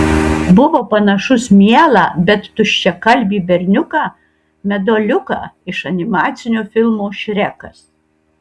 buvo panašus mielą bet tuščiakalbį berniuką meduoliuką iš animacinio filmo šrekas